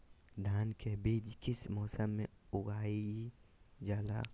धान के बीज किस मौसम में उगाईल जाला?